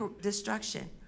destruction